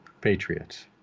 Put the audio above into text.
patriots